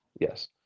yes